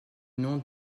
nom